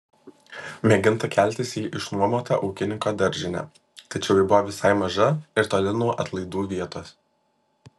mėginta keltis į išnuomotą ūkininko daržinę tačiau ji buvo visai maža ir toli nuo atlaidų vietos